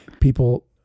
people